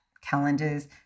calendars